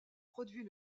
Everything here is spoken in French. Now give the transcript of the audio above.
produit